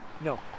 no